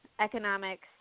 economics